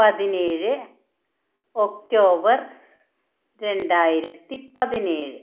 പതിനേഴ് ഒക്ടോബര് രണ്ടായിരത്തി പതിനേഴ്